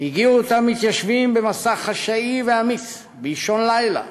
הגיעו אותם מתיישבים במסע חשאי ואמיץ באישון לילה